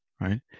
right